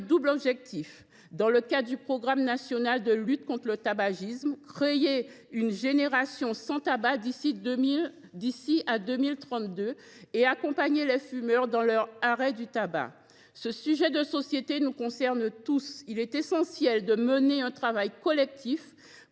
double objectif dans le cadre du programme national de lutte contre le tabac (PNLT) : faire apparaître une génération sans tabac d’ici à 2032 et accompagner les fumeurs dans l’arrêt du tabac. Ce sujet de société nous concernant tous, il est essentiel de mener un travail collectif, pour